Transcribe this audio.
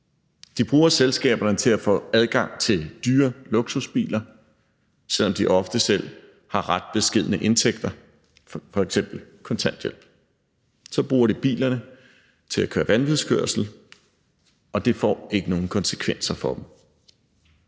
De bruger selskaberne til at få adgang til dyre luksusbiler, selv om de ofte selv har ret beskedne indtægter, f.eks. kontanthjælp. Så bruger de bilerne til at køre vanvidskørsel, og det får ikke nogen konsekvenser for dem.